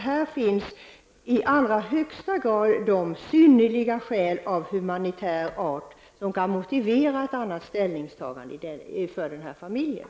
Här finns i allra högsta grad de synnerliga skäl av humanitär art som kan motivera ett annat ställningstagande beträffande den här familjen.